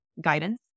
guidance